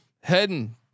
heading